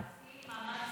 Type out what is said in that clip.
תוכנית, תעשי מאמץ